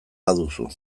baduzu